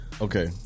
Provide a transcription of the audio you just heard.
okay